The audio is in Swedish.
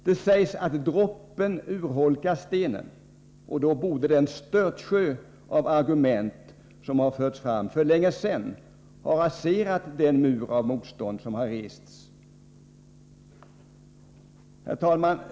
Det sägs att droppen urholkar stenen, och då borde den störtsjö av argument som har förts fram för länge sedan ha raserat den mur av motstånd som har rests. Herr talman!